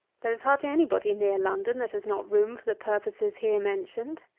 there is hardly any body near london that has not room for the purposes here mentioned.